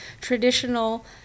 traditional